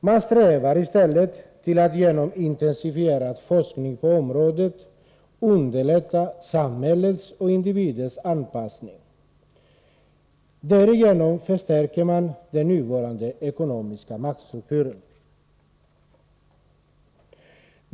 Man strävar i stället till att genom intensifierad forskning på området underlätta samhällets och individens anpassning. Därigenom förstärks den nuvarande ekonomiska maktstrukturen.